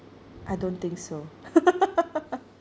I don't think so